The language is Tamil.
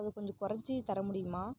அது கொஞ்சம் குறைச்சி தர முடியுமா